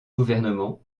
gouvernement